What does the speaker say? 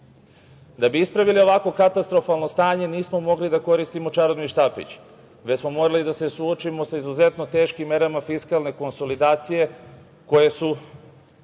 bismo ispravili ovako katastrofalno stanje nismo mogli da koristimo čarobni štapić, već smo morali da se suočimo sa izuzetno teškim merama fiskalne konsolidacije, čiji teret